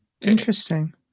Interesting